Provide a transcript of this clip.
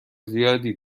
زیادی